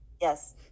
Yes